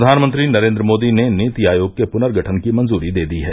प्रधानमंत्री नरेन्द्र मोदी ने नीति आयोग के पुनर्गठन की मंजूरी दे दी है